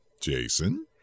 Jason